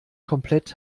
komplett